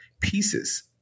pieces